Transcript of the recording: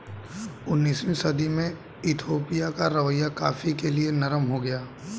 उन्नीसवीं सदी में इथोपिया का रवैया कॉफ़ी के लिए नरम हो गया